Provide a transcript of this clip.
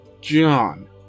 John